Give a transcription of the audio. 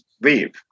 leave